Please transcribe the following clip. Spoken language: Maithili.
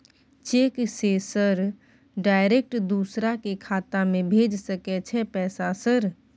चेक से सर डायरेक्ट दूसरा के खाता में भेज सके छै पैसा सर?